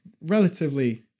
relatively